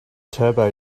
turbo